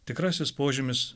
tikrasis požymis